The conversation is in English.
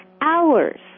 hours